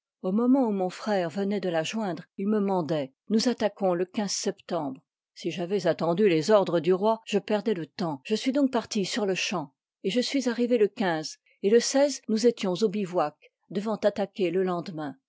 au moment où mon frère venoit de la joindre il me m'andoit nous attaquons le septembre si j'avois ati tendu les ordres du roi je perdois le i temps je ui donc parti s r lo champ je suis arrivé le et le nous étions ï part au bivouac devant attaquer le